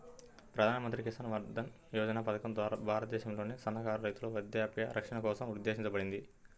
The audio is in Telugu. ప్రధాన్ మంత్రి కిసాన్ మన్ధన్ యోజన పథకం భారతదేశంలోని సన్నకారు రైతుల వృద్ధాప్య రక్షణ కోసం ఉద్దేశించబడింది